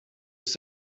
ist